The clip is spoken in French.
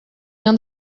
bien